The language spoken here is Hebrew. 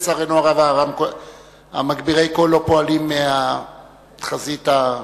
לצערנו הרב, מגבירי הקול לא פועלים מהחזית ההיא.